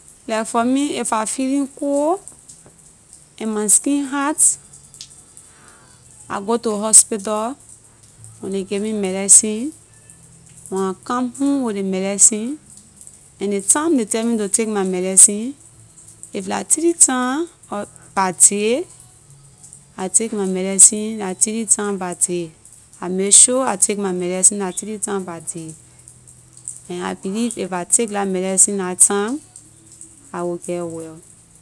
Like for me if I feeling cold and my skin hot I go to hospital when ley give me medicine when I come home with ley medicine and ley time ley tell me to take my medicine if la three time or by day I take my medicine la three time by day I make sure I take my medicine la three time by day and I believe if I take la medicine la time I will get well